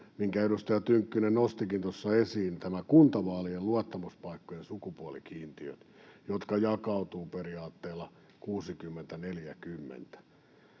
minkä edustaja Tynkkynen nostikin tuossa esiin: kuntavaalien luottamuspaikkojen sukupuolikiintiöt, jotka jakautuvat periaatteella 60—40.